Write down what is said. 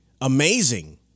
amazing